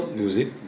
music